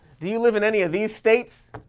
do you live in any of these states?